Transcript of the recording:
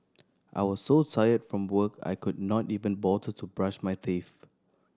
I was so tired from work I could not even bother to brush my teeth